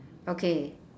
okay